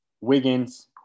Wiggins